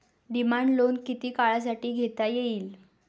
Demand loan किती काळासाठी घेता येईल?